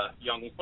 young